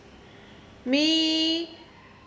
me